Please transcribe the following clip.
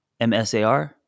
MSAR